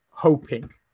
hoping